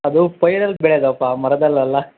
ಅದು ಪೈರಲ್ಲಿ ಬೆಳ್ಯದಪ್ಪ ಮರದಲ್ಲಿ ಅಲ್ಲ